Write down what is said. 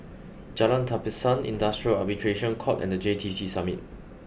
Jalan Tapisan Industrial Arbitration Court and the J T C Summit